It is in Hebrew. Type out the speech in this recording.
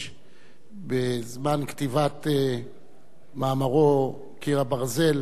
בזמן כתיבת מאמרו "קיר הברזל", ב-1923,